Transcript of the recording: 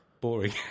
boring